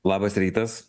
labas rytas